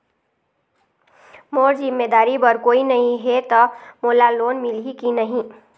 मोर जिम्मेदारी बर कोई नहीं हे त मोला लोन मिलही की नहीं?